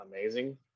amazing